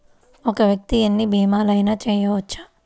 ఒక్క వ్యక్తి ఎన్ని భీమలయినా చేయవచ్చా?